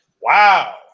Wow